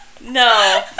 No